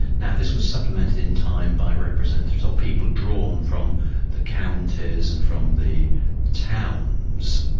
now this was supplemented in time by representatives of people drawn from the counties and from the towns,